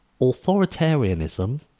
authoritarianism